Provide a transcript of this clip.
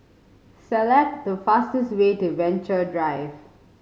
select the fastest way to Venture Drive